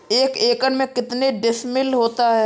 एक एकड़ में कितने डिसमिल होता है?